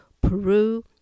Peru